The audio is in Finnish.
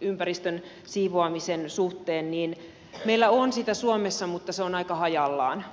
ympäristön siivoamisen suhteen niin meillä on sitä suomessa mutta se on aika hajallaan